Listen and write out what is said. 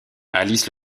alice